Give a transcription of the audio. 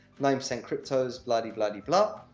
nine percent cryptos. blahdy blahdy blah.